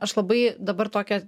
aš labai dabar tokią